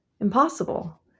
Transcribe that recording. impossible